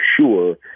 sure